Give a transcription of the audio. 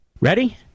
Ready